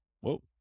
Whoa